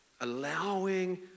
Allowing